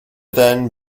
then